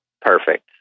Perfect